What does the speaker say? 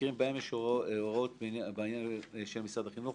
"במקרים שבהם לפי הוראות בעניין של משרד החינוך